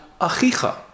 Achicha